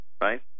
right